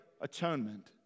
atonement